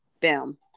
boom